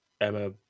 Emma